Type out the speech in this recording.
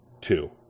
two